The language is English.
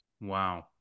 Wow